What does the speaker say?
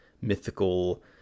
mythical